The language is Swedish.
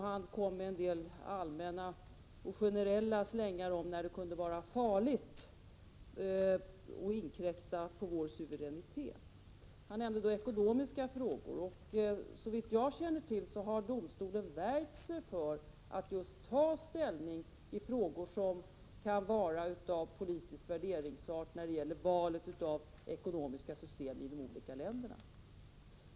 Han delade ut några allmänna slängar om när det kunde vara farligt att inkräkta på vår suveränitet. Han nämnde därvid ekonomiska frågor. Såvitt jag känner till har domstolen värjt sig för att ta ställning just i frågor som kan beröra politiska värderingar eller valet av ekonomiska system i de olika länderna.